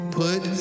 put